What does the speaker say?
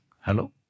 Hello